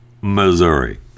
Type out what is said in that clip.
Missouri